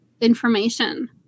information